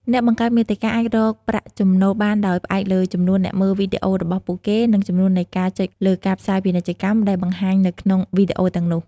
អ្នកបង្កើតមាតិកាអាចរកប្រាក់ចំណូលបានដោយផ្អែកលើ ចំនួនអ្នកមើលវីដេអូរបស់ពួកគេ និង ចំនួននៃការចុចលើការផ្សាយពាណិជ្ជកម្ម ដែលបង្ហាញនៅក្នុងវីដេអូទាំងនោះ។